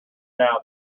now